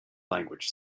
language